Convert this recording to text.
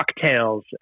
cocktails